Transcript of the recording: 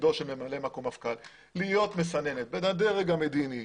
תפקידו של ממלא מקום מפכ"ל להיות מסננת בין הדרג המדיני,